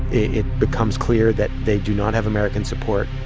it becomes clear that they do not have american support,